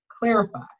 clarify